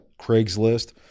Craigslist